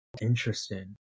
interesting